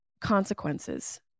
consequences